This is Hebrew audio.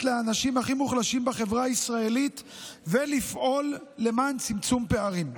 לאנשים הכי מוחלשים בחברה הישראלית ולפעול למען צמצום פערים,